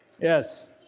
Yes